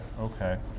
okay